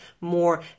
more